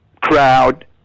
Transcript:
crowd